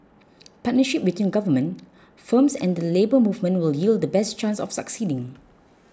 partnership between Government firms and the Labour Movement will yield the best chance of succeeding